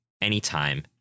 anytime